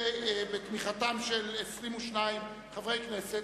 בתמיכתם של 22 חברי כנסת,